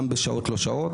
גם בשעות-לא-שעות.